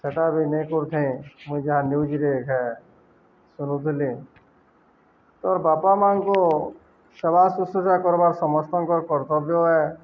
ସେଟା ବି ନେଇେ କରୁଥ ମୁଇଁ ଯାହା ନ୍ୟୁଜରେ ଶୁଣୁଥିଲି ତୋ ବାପା ମାଆଙ୍କୁ ସେବା ସୁଶ୍ରଜା କର୍ବାର୍ ସମସ୍ତଙ୍କର କର୍ତ୍ତବ୍ୟ